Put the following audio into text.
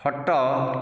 ଖଟ